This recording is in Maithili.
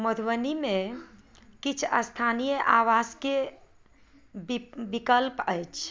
मधुबनीमे किछु स्थानीय आवासके बी विकल्प अछि